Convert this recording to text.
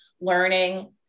learning